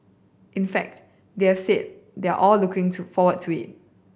in fact they are said they are all looking to forward to it